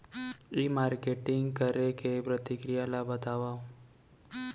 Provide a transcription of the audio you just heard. ई marketing करे के प्रक्रिया ला बतावव?